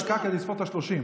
שמתי דקה כדי לספור את ה-30.